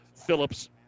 Phillips